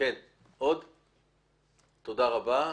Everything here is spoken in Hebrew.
תודה רבה.